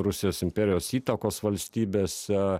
rusijos imperijos įtakos valstybėse